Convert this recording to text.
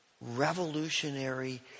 revolutionary